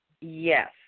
Yes